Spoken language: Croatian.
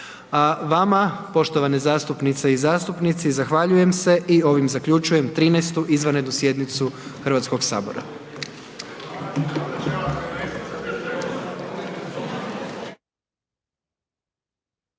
vama poštovane zastupnice i zastupnici, zahvaljujem se i ovim zaključujem 13. izvanrednu sjednicu Hrvatskog sabora.